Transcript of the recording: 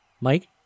Mike